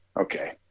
Okay